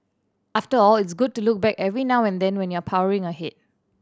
after all it's good to look back every now and then when you're powering ahead